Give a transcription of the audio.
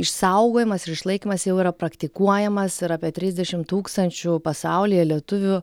išsaugojimas ir išlaikymas jau yra praktikuojamas ir apie trisdešimt tūkstančių pasaulyje lietuvių